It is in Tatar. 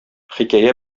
хикәя